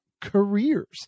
careers